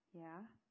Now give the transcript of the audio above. Yeah